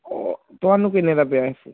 ਓ ਤੁਹਾਨੂੰ ਕਿੰਨੇ ਦਾ ਪਿਆ ਸੀ